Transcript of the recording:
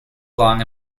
long